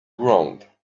ground